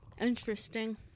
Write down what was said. Interesting